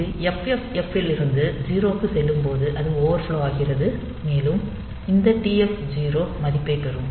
இது FFFF இலிருந்து 0 க்கு செல்லும் போது அது ஓவர்ஃப்லோ ஆகிறது மேலும் இந்த TF 0 மதிப்பைப் பெறும்